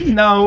no